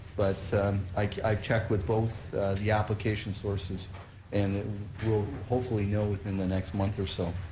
but i checked with both the application sources and we'll hopefully know within the next month or so.